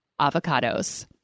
avocados